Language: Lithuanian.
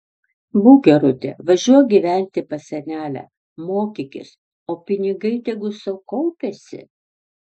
būk gerutė važiuok gyventi pas senelę mokykis o pinigai tegu sau kaupiasi